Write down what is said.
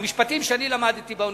מהמשפטים שאני למדתי באוניברסיטה,